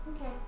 Okay